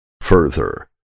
Further